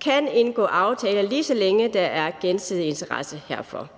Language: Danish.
kan indgå aftaler, lige så længe der er gensidig interesse herfor.